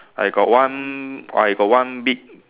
I got one I got one big